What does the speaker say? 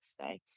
say